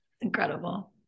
Incredible